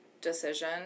decision